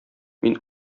мин